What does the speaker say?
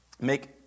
make